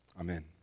Amen